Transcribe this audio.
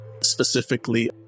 Specifically